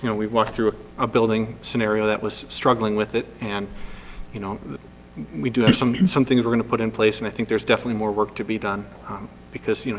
you know we've walked through a building scenario that was struggling with it and you know we we do have something something that we're gonna put in place and i think there's definitely more work to be done because, you know